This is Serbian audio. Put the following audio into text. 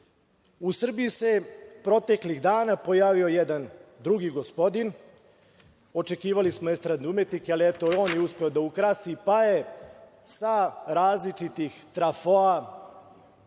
Srbiji se proteklih dana pojavio jedan drugi gospodin, očekivali smo estradne umetnike, ali eto on je uspeo da ukrasi pa je sa različitih trafoa,